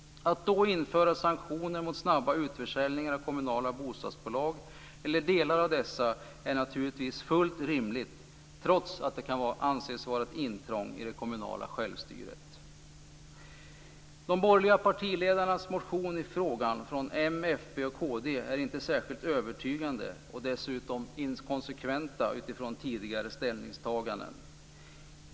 Att då införa sanktioner mot snabba utförsäljningar av kommunala bostadsbolag eller delar av dessa är naturligtvis fullt rimligt, trots att det kan anses vara ett intrång i det kommunala självstyret. De borgerliga partiledarnas motion i frågan - från m, fp och kd - är inte särskilt övertygande och dessutom inkonsekvent med utgångspunkt i tidigare ställningstaganden.